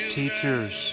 teachers